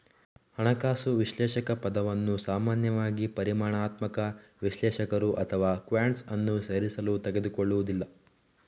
ಹಣಕಾಸು ವಿಶ್ಲೇಷಕ ಪದವನ್ನು ಸಾಮಾನ್ಯವಾಗಿ ಪರಿಮಾಣಾತ್ಮಕ ವಿಶ್ಲೇಷಕರು ಅಥವಾ ಕ್ವಾಂಟ್ಸ್ ಅನ್ನು ಸೇರಿಸಲು ತೆಗೆದುಕೊಳ್ಳುವುದಿಲ್ಲ